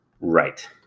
right